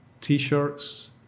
T-shirts